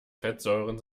fettsäuren